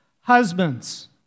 Husbands